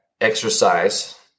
exercise